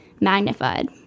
magnified